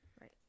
Right